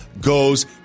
goes